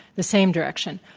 the same direction.